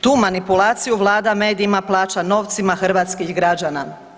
Tu manipulaciju Vlada medijima plaća novcima hrvatskih građana.